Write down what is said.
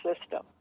system